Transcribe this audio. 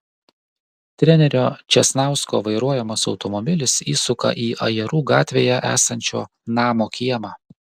trenerio česnausko vairuojamas automobilis įsuka į ajerų gatvėje esančio namo kiemą